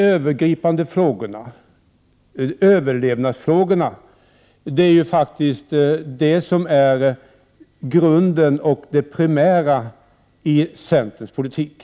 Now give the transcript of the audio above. Överlevnadsfrågorna, Gunnar Hökmark, är faktiskt grunden och det primära i centerns politik.